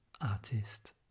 artist